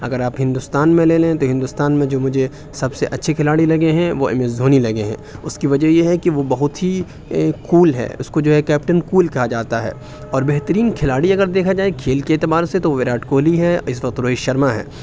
اگر آپ ہندوستان میں لے لیں تو ہندوستان میں جو مجھے سب سے اچھے کھلاڑی لگے ہیں وہ ایم ایس دھونی لگے ہیں اُس کی وجہ یہ ہے کہ وہ بہت ہی کول ہے اُس کو جو ہے کیپٹن کول کہا جاتا ہے اور بہترین کھلاڑی اگر دیکھا جائے کھیل کے اعتبار سے تو وہ وراٹ کوہلی ہے اِس وقت روہت شرما ہے